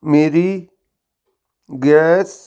ਮੇਰੀ ਗੈਸ